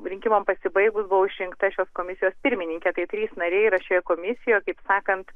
rinkimam pasibaigus buvau išrinkta šios komisijos pirmininke tai trys nariai yra šioje komisijoje kaip sakant